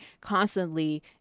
constantly